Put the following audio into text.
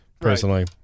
personally